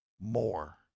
more